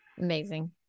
Amazing